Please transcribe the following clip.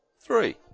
three